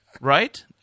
right